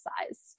size